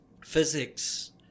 physics